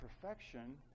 perfection